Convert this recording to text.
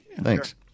Thanks